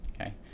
Okay